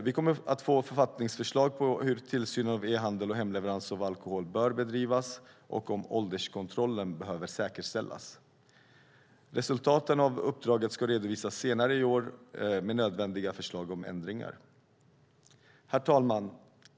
Vi kommer att få författningsförslag på hur tillsynen av e-handel och hemleverans av alkohol bör bedrivas och om ålderskontrollen behöver säkerställas. Resultatet av uppdraget ska redovisas senare i år med nödvändiga förslag om ändringar. Herr talman!